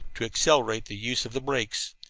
to accelerate the use of the brakes.